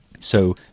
so,